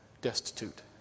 destitute